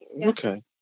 okay